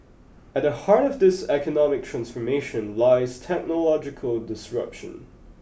at the heart of this economic transformation lies technological disruption